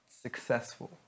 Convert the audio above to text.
successful